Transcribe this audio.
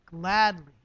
gladly